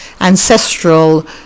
ancestral